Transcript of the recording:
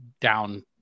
down